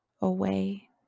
away